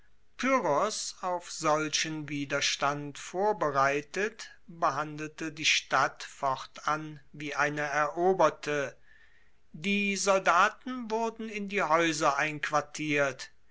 auf solchen widerstand vorbereitet behandelte die stadt fortan wie eine eroberte die soldaten wurden in die haeuser einquartiert